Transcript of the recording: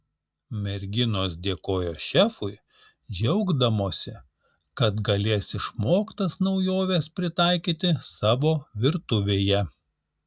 merginos dėkojo šefui džiaugdamosi kad galės išmoktas naujoves pritaikyti savo virtuvėje